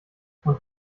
und